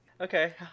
Okay